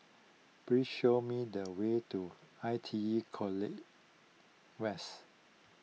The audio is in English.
please show me the way to I T E College West